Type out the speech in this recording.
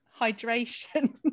hydration